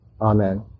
Amen